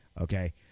okay